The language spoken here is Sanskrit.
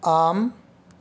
आम्